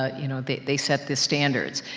ah you know, they they set the standards.